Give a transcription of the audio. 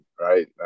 Right